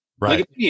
Right